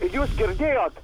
jūs girdėjot